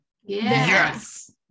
Yes